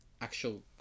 actual